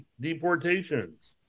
deportations